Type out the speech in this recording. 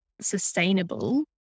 sustainable